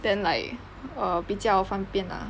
then like err 比较方便 ah